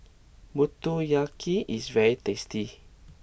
Motoyaki is very tasty